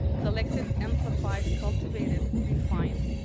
collected amplified, cultivated, refined,